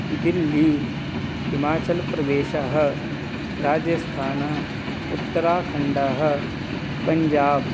दिल्ली हिमाचलप्रदेशः राजस्थान उत्तराखण्डः पञ्जाब्